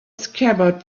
scabbard